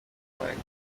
magayane